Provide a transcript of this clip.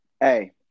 hey